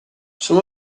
some